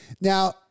Now